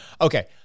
Okay